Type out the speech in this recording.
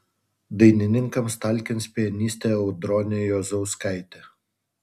dainininkams talkins pianistė audronė juozauskaitė